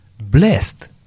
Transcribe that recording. blessed